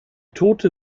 tote